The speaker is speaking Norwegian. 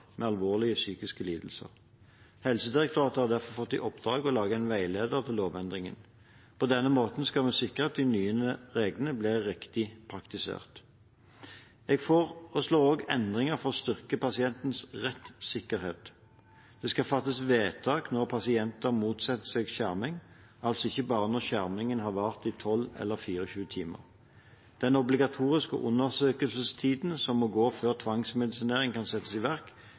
med alvorlige psykiske lidelser. Helsedirektoratet har derfor fått i oppdrag å lage en veileder til lovendringen. På denne måten skal vi sikre at de nye reglene blir riktig praktisert. Vi foreslår også endringer for å styrke pasientens rettssikkerhet: Det skal fattes vedtak når pasienten motsetter seg skjerming, altså ikke bare når skjermingen har vart i 12 eller 24 timer. Den obligatoriske undersøkelsestiden som må gå før tvangsmedisinering kan settes i verk,